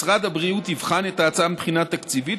משרד הבריאות יבחן את ההצעה מבחינה תקציבית